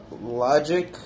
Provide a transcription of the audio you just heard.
Logic